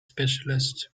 specialists